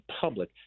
public